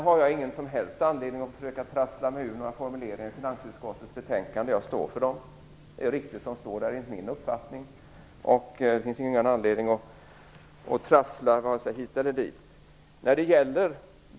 Jag har ingen som helst anledning att försöka trassla mig ur några formuleringar i finansutskottets betänkande. Jag står för dem. Det som står där är riktigt enligt min uppfattning. Det finns ingen anledning att trassla vare sig hit eller dit.